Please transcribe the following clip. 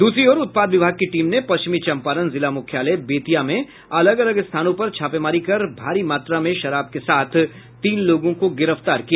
दूसरी ओर उत्पाद विभाग की टीम ने पश्चिमी चंपारण जिला मुख्यालय बेतिया में अलग अलग स्थानों पर छापेमारी कर भारी मात्रा में शराब के साथ तीन लोगों को गिरफ्तार किया